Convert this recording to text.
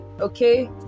okay